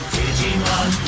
Digimon